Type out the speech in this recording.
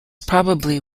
probably